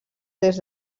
des